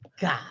God